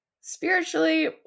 spiritually